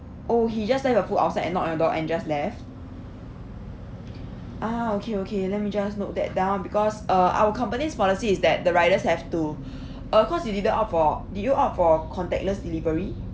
oh he just left the food outside and knock your door and just left ah okay okay let me just note that down because uh our company's policy is that the riders have to uh cause you didn't opt for did you opt for contactless delivery